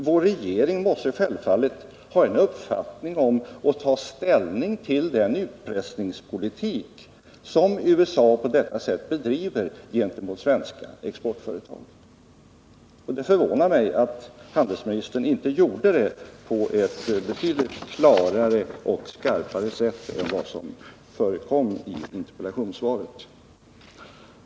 Vår regering måste självfallet ha en uppfattning om och ta ställning till den utpressningspolitik som USA på detta sätt bedriver gentemot svenska exportföretag. Det förvånar mig att inte handelsministern gjorde det på ett betydligt klarare och skarpare sätt än vad som förekom i interpellationssvaret.